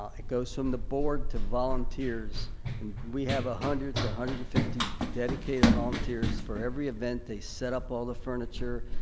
um it goes from the board to volunteers and we have a hundred to one hundred and fifty dedicated volunteers for every event. they set up all the furniture.